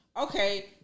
Okay